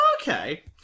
Okay